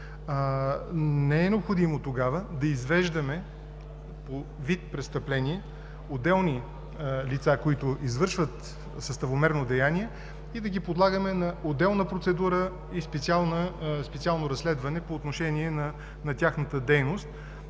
Не е необходимо тогава да извеждаме по вид престъпление отделни лица, които извършват съставомерно деяние и да ги подлагаме на отделна процедура и специално разследване по отношение на тяхната дейност